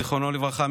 זיכרונו לברכה,